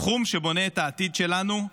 תחום שבונה את העתיד שלנו.